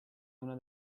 una